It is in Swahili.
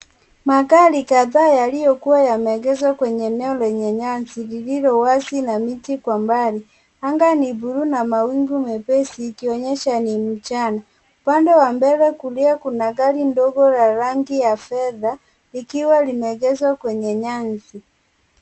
Magari kadhaa yaliyokuwa yameegeshwa kwenye eneo lenye nyasi lililo wazi na miti kwa mbali. Anga ni buluu na mawingu mepesi ikionyesha ni mchana. Upande wa mbele kulia kuna gari ndogo la rangi ya fedha likiwa limeegeshwa kwenye nyasi.